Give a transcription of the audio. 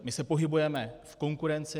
My se pohybujeme v konkurenci.